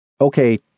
Okay